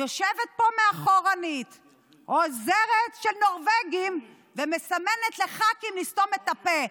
יושבת פה מאחור עוזרת של נורבגים ומסמנת לח"כים לסתום את הפה.